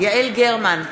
יעל גרמן,